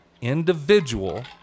individual